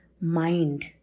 mind